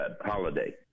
Holiday